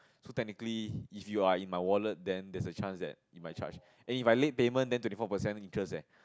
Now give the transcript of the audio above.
so technically if you are in my wallet then there's a chance that it might charge then if I late payment then twenty four percent interest leh